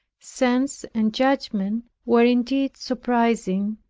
sense and judgment, were indeed surprising,